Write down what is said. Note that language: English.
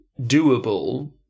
doable